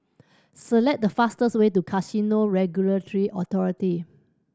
select the fastest way to Casino Regulatory Authority